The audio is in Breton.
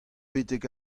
betek